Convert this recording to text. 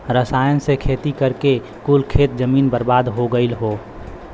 रसायन से खेती करके कुल खेत जमीन बर्बाद हो लगल हौ